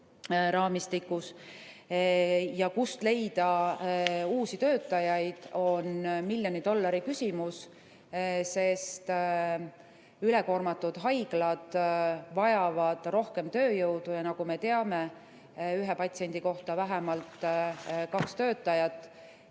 raamistikus. Kust leida uusi töötajaid, on miljoni dollari küsimus. Ülekoormatud haiglad vajavad rohkem tööjõudu ja nagu me teame, ühe patsiendi kohta vähemalt kaks töötajat.